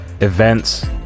events